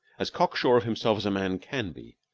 as cock-sure of himself as a man can be,